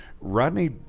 Rodney